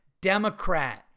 Democrat